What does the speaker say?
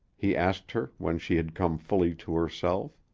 he asked her when she had come fully to herself.